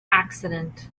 accident